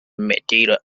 madeira